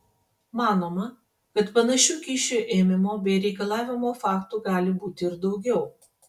manoma kad panašių kyšių ėmimo bei reikalavimo faktų gali būti ir daugiau